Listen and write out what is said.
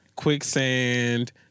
quicksand